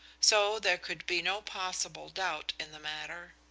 so there could be no possible doubt in the matter.